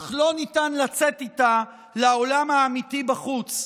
אך לא ניתן לצאת איתה לעולם האמיתי בחוץ,